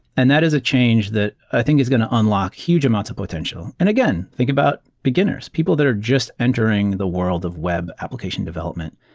and that is a change that i think is going to unlock huge amounts of potential. and again, think about beginners, people that are just entering the world of web application development.